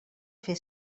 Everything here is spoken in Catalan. fer